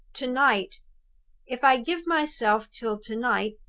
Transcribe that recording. to-night! if i give myself till to-night,